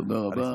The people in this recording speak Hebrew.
תודה רבה,